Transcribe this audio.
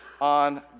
on